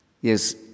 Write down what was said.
Yes